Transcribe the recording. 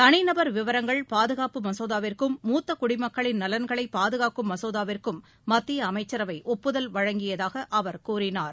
தனிநபர் விவரங்கள் பாதுகாப்பு மசோதாவிற்கும் மூத்த குடிமக்களின் நலன்களை பாதுகாக்கும் மசோதாவிற்கும் மத்திய அமைச்சரவை ஒப்புதல் வழங்கியதாக அவர் கூறினார்